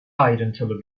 ayrıntılı